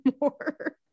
more